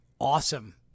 awesome